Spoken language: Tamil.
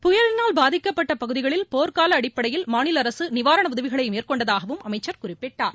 புயலினால் பாதிக்கப்பட்ட பகுதிகளில் போர்க்கால அடிப்படையில் மாநில அரசு நிவாரண உதவிகளை மேற்கொண்டதாகவும் அமைச்சர் குறிப்பிட்டார்